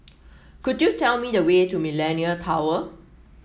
could you tell me the way to Millenia Tower